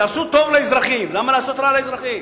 תעשו טוב לאזרחים, למה לעשות רע לאזרחים?